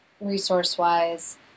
resource-wise